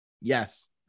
Yes